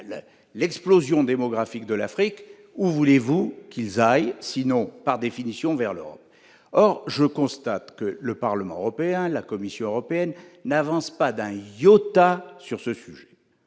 l'explosion démographique en Afrique, où voulez-vous qu'aillent les Africains, sinon par définition vers l'Europe ? Or je constate que le Parlement européen et la Commission européenne n'avancent pas d'un iota sur ce sujet.